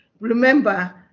remember